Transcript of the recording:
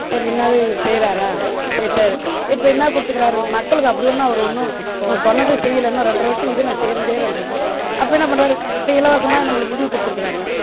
சரி இன்னது இவர் செய்கிறாரா சரி சார் இப்போ என்னா கொடுத்துருக்காரு மக்களுக்கு அப்படி ஒன்றும் அவர் ஒன்றும் நு சொன்னதும் செய்யல இன்னும் ரெண்டரை வர்ஷோம் இருக்குது இன்னும் செய்கிறேன் செய்கிறேன்றாரு அப்புறம் என்ன பண்ணுறாரு இப்போ இலவசமாக நம்மளுக்கு இதுவும் கொடுத்திருக்காங்க